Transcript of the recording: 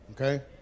okay